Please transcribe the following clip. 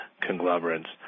conglomerates